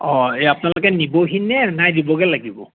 এই আপোনালোকে নিবহি নে নাই দিবগৈ লাগিব